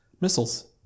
Missiles